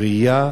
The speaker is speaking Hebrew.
ראייה